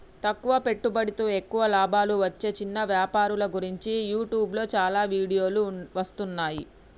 తక్కువ పెట్టుబడితో ఎక్కువ లాభాలు వచ్చే చిన్న వ్యాపారుల గురించి యూట్యూబ్లో చాలా వీడియోలు వస్తున్నాయి